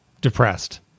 depressed